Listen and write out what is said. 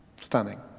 Stunning